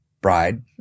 bride